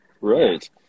Right